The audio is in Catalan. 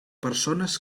persones